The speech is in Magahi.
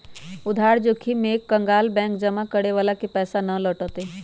उधार जोखिम में एक कंकगाल बैंक जमा करे वाला के पैसा ना लौटय तय